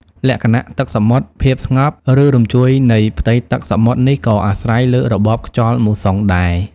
លក្ខណៈទឹកសមុទ្រ ភាពស្ងប់ ឬរញ្ជួយនៃផ្ទៃទឹកសមុទ្រនេះក៏អាស្រ័យលើរបបខ្យល់មូសុងដែរ។